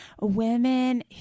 women